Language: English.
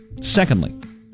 Secondly